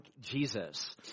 Jesus